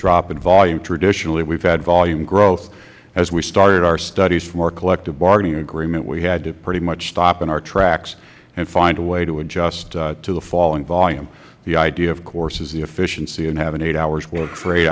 drop in volume traditionally we have had volume growth as we started our studies from our collective bargaining agreement we had to pretty much stop in our tracks and find a way to adjust to the falling volume the idea of course is the efficiency and having eight hours work for eight